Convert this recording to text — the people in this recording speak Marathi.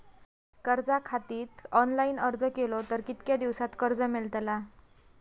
कर्जा खातीत ऑनलाईन अर्ज केलो तर कितक्या दिवसात कर्ज मेलतला?